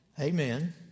Amen